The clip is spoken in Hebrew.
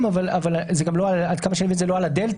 אבל עד כמה שאני מבין זה גם לא על הדלתא.